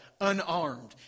unarmed